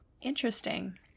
Interesting